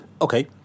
Okay